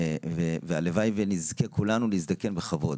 והלוואי שנזכה כולנו להזדקן בכבוד.